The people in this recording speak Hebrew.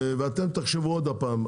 ואתם תחשבו עוד פעם,